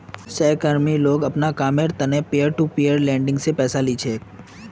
सहकर्मी लोग अपनार कामेर त न पीयर टू पीयर लेंडिंग स पैसा ली छेक